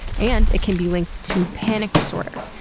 and it can be linked to panic disorder.